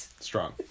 Strong